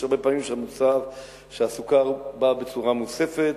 הרבה פעמים הסוכר בא בצורה מוספת,